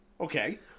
Okay